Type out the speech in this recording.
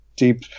deep